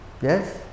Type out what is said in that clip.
Yes